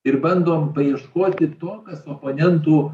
ir bandom paieškoti to kas oponentų